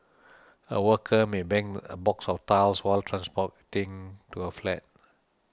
a worker may bang a box of tiles while transporting to a flat